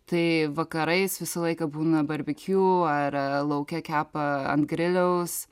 tai vakarais visą laiką būna barbekiu ar lauke kepa ant griliaus